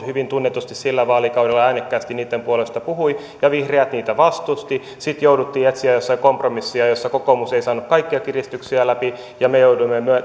hyvin tunnetusti sillä vaalikaudella äänekkäästi niitten puolesta puhui ja vihreät niitä vastustivat sitten jouduttiin etsimään jossain kompromissia jossa kokoomus ei saanut kaikkia kiristyksiä läpi ja me jouduimme